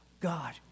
God